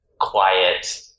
quiet